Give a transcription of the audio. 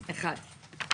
1 אושר.